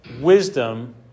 wisdom